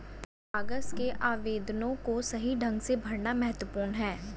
कागज के आवेदनों को सही ढंग से भरना महत्वपूर्ण है